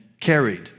carried